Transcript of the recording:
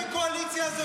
קרעי?